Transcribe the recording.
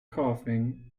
coughing